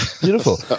Beautiful